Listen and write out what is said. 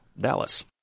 dallas